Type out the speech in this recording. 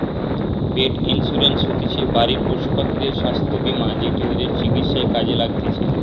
পেট insurance হতিছে বাড়ির পশুপাখিদের স্বাস্থ্য বীমা যেটি ওদের চিকিৎসায় কাজে লাগতিছে